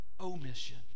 omission